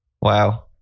Wow